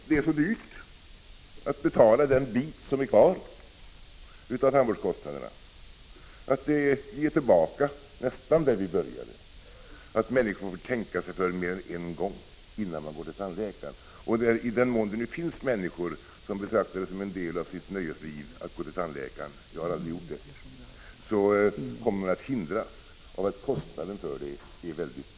Det har blivit så dyrt att betala den bit som är kvar av tandvårdskostnaderna att vi är tillbaka nästan där vi började. Människor måste tänka sig för mer än en gång, innan de går till tandläkaren. I den mån det verkligen finns människor som betraktar det som en del av sitt nöjesliv att gå till tandläkaren — jag har aldrig gjort det — kommer de att hindras av att kostnaden för den är mycket hög.